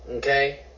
Okay